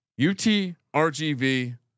UTRGV